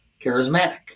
charismatic